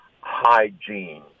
hygiene